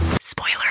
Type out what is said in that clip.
spoiler